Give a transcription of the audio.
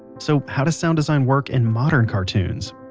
so how does sound design work in modern cartoons.